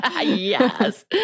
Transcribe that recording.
Yes